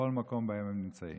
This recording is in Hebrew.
ובכל מקום שבו הם נמצאים.